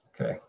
Okay